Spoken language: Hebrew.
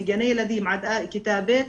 מגן הילדים עד כיתה ב',